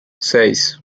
seis